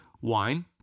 wine